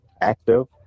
active